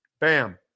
Bam